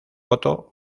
otto